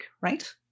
right